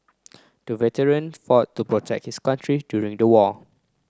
the veteran fought to protect his country during the war